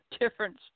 different